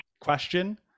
question